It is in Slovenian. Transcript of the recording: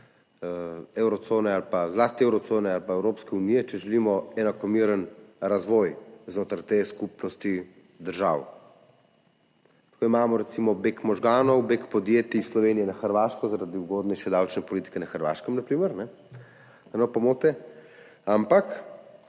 zlasti evrocone ali pa Evropske unije, če želimo enakomeren razvoj znotraj te skupnosti držav. Tako imamo recimo beg možganov, beg podjetij iz Slovenije na Hrvaško zaradi ugodnejše davčne politike na Hrvaškem, na primer,